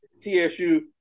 TSU –